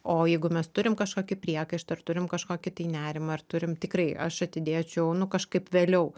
o jeigu mes turim kažkokį priekaištą ar turim kažkokį tai nerimą ar turim tikrai aš atidėčiau nu kažkaip vėliau